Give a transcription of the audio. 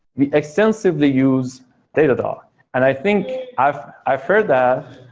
we extensively use datadog and i think i've i've heard that,